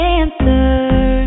answer